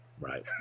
Right